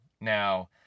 Now